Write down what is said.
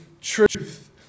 truth